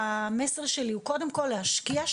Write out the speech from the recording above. המסר שלי הוא קודם כל להשקיע,